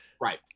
right